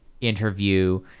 interview